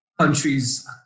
countries